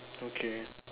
okay